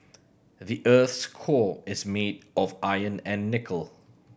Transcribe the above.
the earth's core is made of iron and nickel